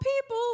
people